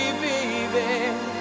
baby